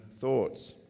thoughts